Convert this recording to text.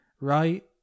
right